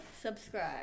subscribe